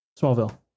Smallville